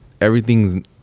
everything's